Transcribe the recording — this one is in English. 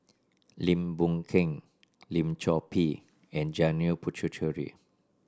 Lim Boon Keng Lim Chor Pee and Janil Puthucheary